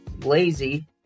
lazy